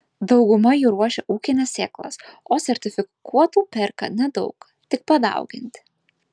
dauguma jų ruošia ūkines sėklas o sertifikuotų perka nedaug tik padauginti